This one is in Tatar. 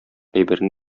әйберне